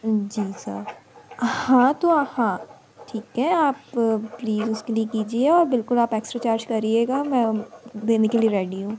जी sir हाँ तो हाँ ठीक है आप प्लीज़ उसके लिए कीजिए और बिल्कुल आप एक्स्ट्रा चार्ज करिएगा मैं देने के लिए रेडी हूँ